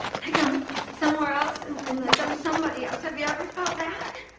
like i'm somewhere else and and like i'm somebody else. have you ever felt that?